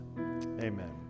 Amen